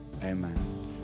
amen